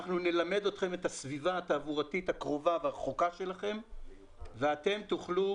אנחנו נלמד אתכם את הסביבה התעבורתית הקרובה והרחוקה שלכם ואתם תוכלו